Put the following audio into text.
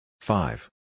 five